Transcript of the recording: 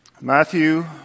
Matthew